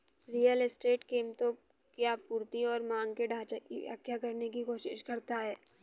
real estate कीमतों की आपूर्ति और मांग के ढाँचा की व्याख्या करने की कोशिश करता है